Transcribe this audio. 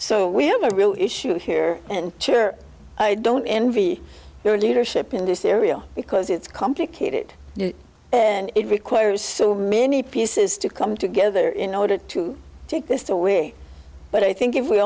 so we have a real issue here and cheer i don't envy your leadership in this area because it's complicated and it requires so many pieces to come together in order to take this away but i think if we